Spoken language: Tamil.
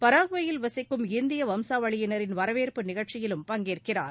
பராகுவேயில் வசிக்கும் இந்திய வம்சாவளியினரின் வரவேற்பு நிகழ்ச்சியிலும் பங்கேற்கிறார்